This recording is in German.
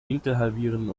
winkelhalbierende